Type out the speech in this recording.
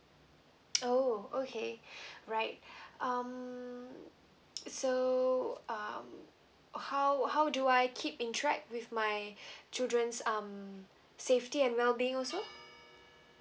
oh okay right um so um how how do I keep in track with my children's um safety and wellbeing also um